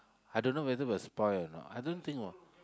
I don't know whether will spoil or not I don't think it will